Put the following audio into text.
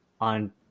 on